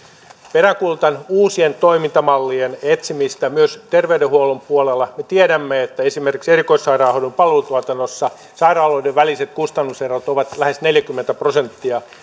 peräänkuulutan uusien toimintamallien etsimistä myös terveydenhuollon puolella me tiedämme että esimerkiksi erikoissairaanhoidon palvelutuotannossa sairaaloiden väliset kustannuserot ovat lähes neljäkymmentä prosenttia tämä